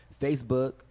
Facebook